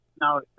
Now